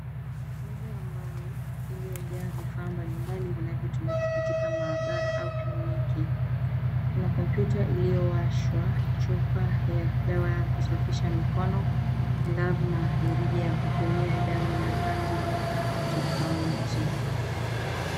Meza ya mbao iliyojaa vifaa mbalimbali vinavyotumika katika maabara au kliniki . Kuna kompyuta iliyowashwa, chupa ya dawa ya kusafisha mikono , glavu na mirija ya kupimia damu ya rangi tofauti.